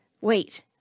Wait